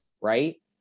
right